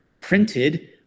printed